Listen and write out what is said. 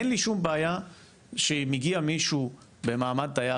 אין לי שום בעיה שמגיע מישהו במעמד תייר